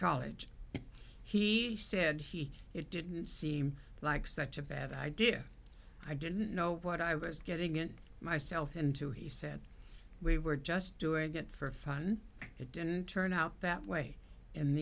college he said he it didn't seem like such a bad idea i didn't know what i was getting in myself into he said we were just doing it for fun it didn't turn out that way